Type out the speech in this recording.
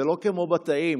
זה לא כמו בתאים,